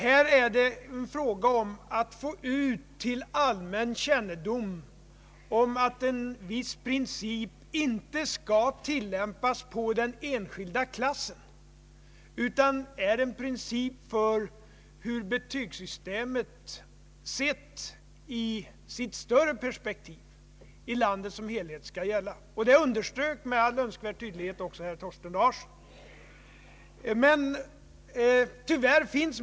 Här gäller det nu att i fråga om betygsättningen få ut till allmän kännedom att den omdebatterade principen inte skall tillämpas på den enskilda klassen, utan att det är fråga om en princip för hur betygsystemet, sett i ett större perspektiv, skall tillämpas i landet som helhet. Herr Thorsten Larsson underströk också detta med all önskvärd tydlighet. Men tyvärr finns missförståndet kvar på sina håll.